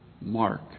Mark